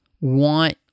want